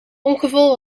ongeval